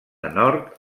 nord